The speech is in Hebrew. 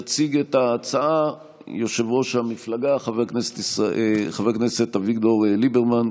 יציג את ההצעה יושב-ראש המפלגה חבר הכנסת אביגדור ליברמן,